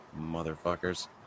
Motherfuckers